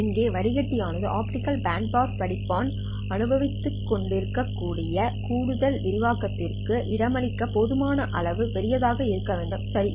இங்கே வடிகட்டிஆனது optical band pass வடிப்பான் அனுபவித்திருக்கக்கூடிய கூடுதல் விரிவாக்கத்திற்கு இடமளிக்க போதுமான அளவு பெரியதாக இருக்க வேண்டும் சரி